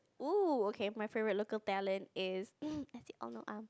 !oo! okay my favorite local talent is